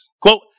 Quote